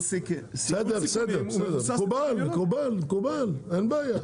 בסדר מקובל, מקובל אין בעיה,